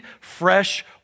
fresh